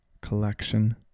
collection